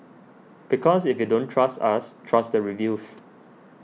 because if you don't trust us trust the reviews